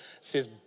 says